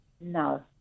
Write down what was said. No